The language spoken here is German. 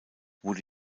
wurde